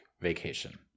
vacation